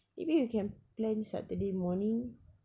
maybe we can plan saturday morning